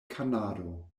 kanado